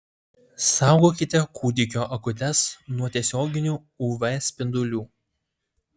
saugokite kūdikio akutes nuo tiesioginių uv spindulių